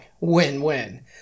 Win-win